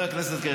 חבר הכנסת קריב.